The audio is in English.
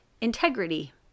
integrity